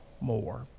more